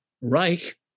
Reich